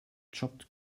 chopped